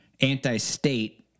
anti-state